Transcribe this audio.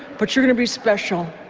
but you're going to be special